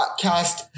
podcast